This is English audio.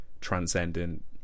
transcendent